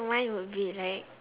mine would be like